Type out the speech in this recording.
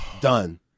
Done